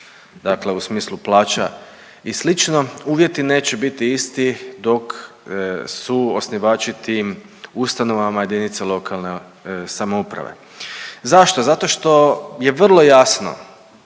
dakle u smislu plaća i slično, uvjeti neće biti isti dok su osnivači tim ustanovama jedinice lokalne samouprave. Zašto? Zato što je vrlo jasno